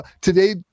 today